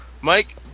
Mike